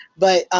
but